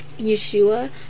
Yeshua